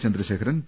Chandrasekharan P